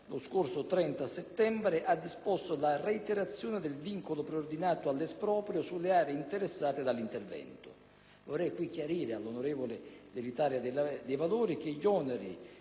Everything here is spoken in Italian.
lo scorso 30 settembre), ha disposto la reiterazione del vincolo preordinato all'esproprio sulle aree interessate dall'intervento. Vorrei chiarire al senatore De Toni dell'Italia dei Valori che gli oneri